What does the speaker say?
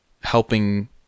helping